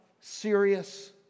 serious